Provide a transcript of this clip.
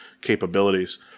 capabilities